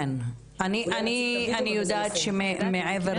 אני יודעת שמעבר